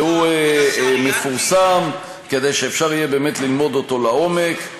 והוא מפורסם כדי שאפשר יהיה ללמוד אותו לעומק.